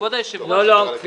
כבוד היושב ראש -- לא כפיר.